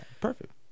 Perfect